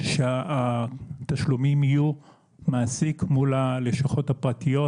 שהתשלומים יהיו מהעובד מול הלשכות הפרטיות